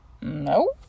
no